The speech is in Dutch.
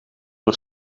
nog